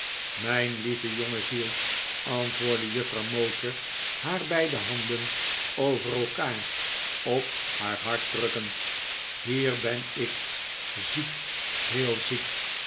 mijn lieve jonge ziel antwoordde juffrouw mowcher haar beide handen over elkaar op haar hart drukkend hier ben ik ziek heel ziek